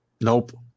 Nope